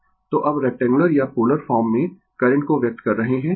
Refer Slide Time 0057 तो अब rectangular या पोलर फॉर्म में करंट को व्यक्त कर रहे है